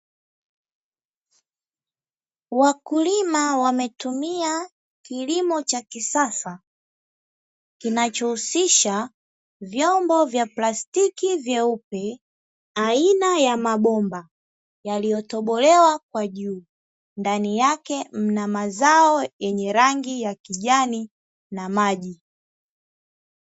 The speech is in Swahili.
Wakulima wametumia kilimo cha kisasa, kinacho husisha vyombo vya plastiki vyeupe aina ya mabomba yaliyotobolewa kwa juu, ndani yake mna mazao yenye rangi ya kijani na maji.